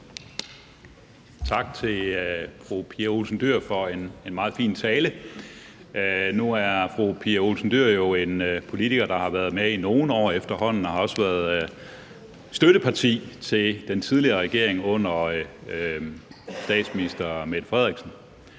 Tak til fru Pia Olsen Dyhr for en meget fin tale. Nu er fru Pia Olsen Dyhr jo en politiker, der har været med i nogle år efterhånden, og hendes parti har også været støtteparti for den tidligere regering under statsminister Mette Frederiksen.